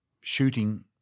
shooting